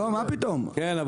לא, מה פתאום.